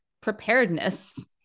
preparedness